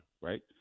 right